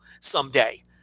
someday